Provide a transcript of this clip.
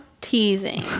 teasing